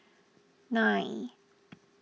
nine